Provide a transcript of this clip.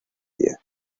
ella